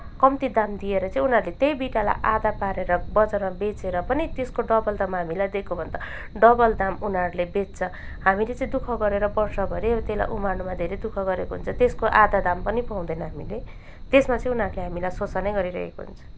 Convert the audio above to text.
कम्ती दाम दिएर चाहिँ उनीहरूले त्यही बिटालाई आधा पारेर बजारमा बेचेर पनि त्यसको डबल दाम हामीलाई दिएको भन्दा डबल दाम उनीहरूले बेच्छ हामीले चाहिँ दुःख गरेर वर्षभरि त्यसलाई उमार्नमा धेरै दुःख गरेको हुन्छ त्यसको आधा दाम पनि पाउँदैन हामीले त्यसमा चाहिँ उनीहरूले हामीलाई शोषण नै गरिरहेको हुन्छ